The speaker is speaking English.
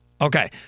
okay